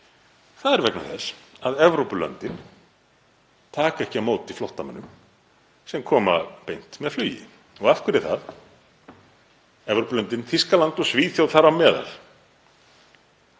Það er vegna þess að Evrópulöndin taka ekki á móti flóttamönnum sem koma beint með flugi. Og af hverju er það? Evrópulöndin, Þýskaland og Svíþjóð þar á meðal,